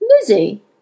Lizzie